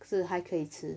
可是还可以吃